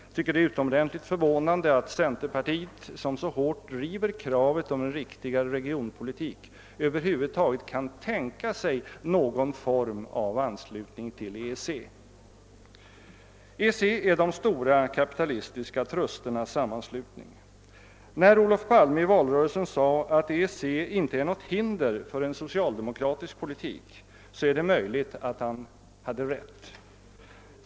Jag tycker det är utomordentligt förvånande att centerpartiet, som så hårt driver kravet på en riktigare regionpolitik, över huvud taget kan tänka sig någon form av anslutning till EEC. EEC är de stora kapitalistiska trusternas sammanslutning. När Olof Palme i valrörelsen sade att EEC icke är något hinder för en socialdemokratisk politik, så är det möjligt att han hade rätt.